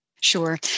Sure